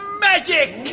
magic? oooo!